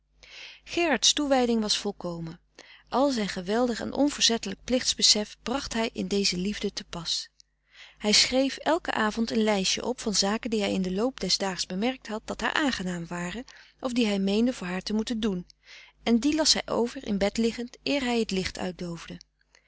gerard's toewijding was volkomen al zijn geweldig en onverzettelijk plichtsbesef bracht hij in deze liefde te pas hij schreef elken avond een lijstje op van zaken die hij in den loop des daags bemerkt had dat haar aangenaam waren of die hij meende voor haar te moeten doen en die las hij over in bed liggend eer hij t licht